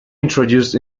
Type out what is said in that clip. introduced